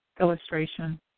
illustration